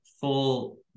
full